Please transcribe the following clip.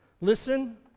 Listen